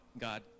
God